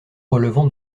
relevant